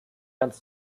ganz